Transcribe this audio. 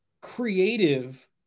creative